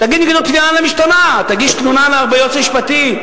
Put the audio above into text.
תגיש נגדו תביעה למשטרה, תגיש תלונה ליועץ המשפטי.